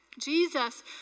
Jesus